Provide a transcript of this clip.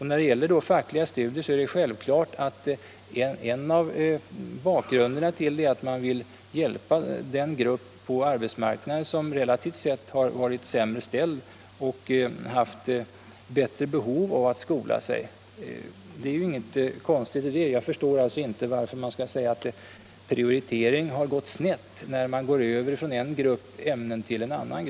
En av anledningarna till att man vill prioritera fackliga studier är att man vill hjälpa den grupp på arbetsmarknaden som varit sämre ställd och haft större behov av att skola sig. Det är ju inget konstigt i det. Jag förstår alltså inte varför man skall säga att prioriteringen har gått snett när man går över från en grupp ämnen till en annan.